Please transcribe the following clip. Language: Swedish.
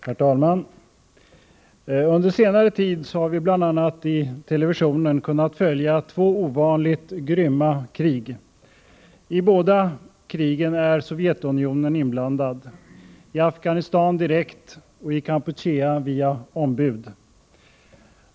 Herr talman! Under senare tid har vi bl.a. i TV kunnat följa två ovanligt grymma krig. I båda krigen är Sovjetunionen inblandat i Afghanistan direkt och i Kampuchea via ombud.